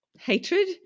hatred